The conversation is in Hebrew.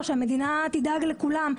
שהמדינה תדאג לכולם,